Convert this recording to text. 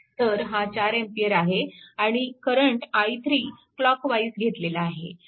तर हा 4A आहे आणि करंट i3 क्लॉकवाईज घेतलेला आहे